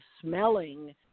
smelling